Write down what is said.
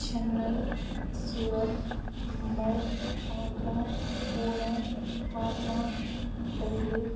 Chennai Surat Mumbai Agra Pune Patna Delhi